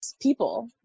people